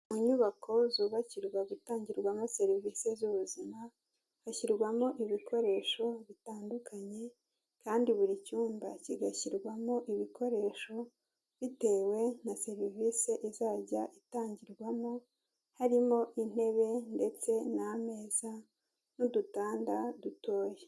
Mu nyubako zubakirwa gutangirwamo serivisi z'ubuzima, hashyirwamo ibikoresho bitandukanye kandi buri cyumba kigashyirwamo ibikoresho bitewe na serivisi izajya itangirwamo, harimo intebe ndetse n'ameza n'udutanda dutoya.